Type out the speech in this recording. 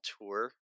tour